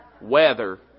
Weather